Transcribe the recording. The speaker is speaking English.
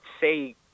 say